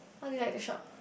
what do you like to shop